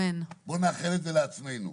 בואו נאחל את זה לעצמנו.